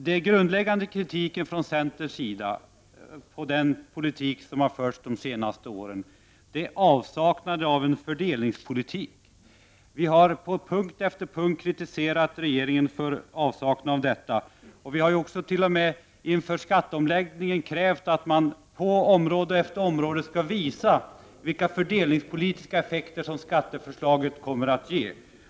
Den grundläggande kritiken från centerns sida mot den politik som förts de senaste åren gäller avsaknaden av en fördelningspolitik. Vi har på punkt efter punkt kritiserat regeringen för detta. Vi har t.o.m. inför skatteomläggningen krävt att man på område efter område skall visa vilka fördelningspolitiska effekter som skatteförslaget kommer att ge.